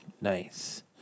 Nice